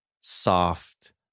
soft